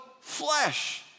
flesh